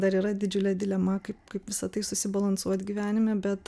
dar yra didžiulė dilema kaip kaip visa tai susibalansuot gyvenime bet